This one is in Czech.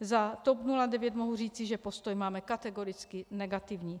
Za TOP 09 mohu říci, že postoj máme kategoricky negativní.